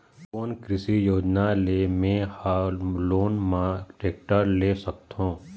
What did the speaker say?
कोन कृषि योजना ले मैं हा लोन मा टेक्टर ले सकथों?